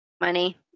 Money